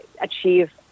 achieve